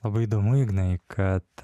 labai įdomu ignai kad